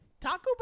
Taco